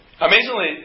Amazingly